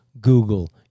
Google